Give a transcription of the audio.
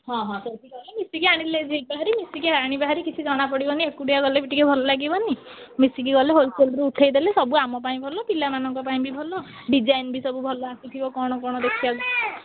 ହଁ ହଁ ସେମିତି କଲେ ମିଶିକି ଆଣିଲେ ଯିବା ହେରି ମିଶିକି ଆଣିବା ହେରି କିଛି ଜଣା ପଡ଼ିବନି ଏକୁଟିଆ ଗଲେ ବି ଭଲ ଲାଗିବନି ମିଶିକି ଗଲେ ହୋଲ୍ସେଲ୍ରୁ ଉଠେଇ ଦେଲେ ସବୁ ଆମ ପାଇଁ ଭଲ ପିଲାମାନଙ୍କ ପାଇଁ ବି ଭଲ ଡିଜାଇନ୍ ବି ଭଲ ଆସିଥିବ କ'ଣ କଣ ଦେଖିବାକୁ